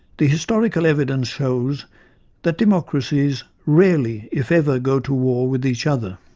the historical evidence shows that democracies rarely, if ever, go to war with each other.